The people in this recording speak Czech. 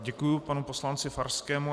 Děkuji panu poslanci Farskému.